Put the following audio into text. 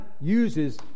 uses